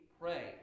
pray